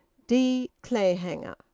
d. clayhanger,